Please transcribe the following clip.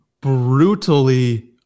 brutally